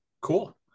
cool